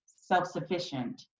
self-sufficient